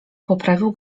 poprawił